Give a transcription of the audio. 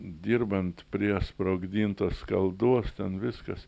dirbant prie sprogdintos skaldos ten viskas